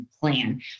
plan